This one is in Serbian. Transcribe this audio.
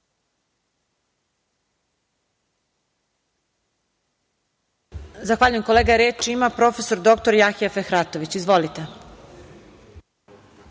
Zahvaljujem kolega. Reč ima prof. dr Jahja Fehratović. Izvolite.